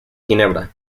ginebra